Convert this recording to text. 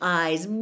eyes